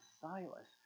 Silas